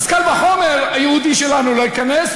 אז קל וחומר היהודי שלנו לא ייכנס.